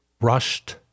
rushed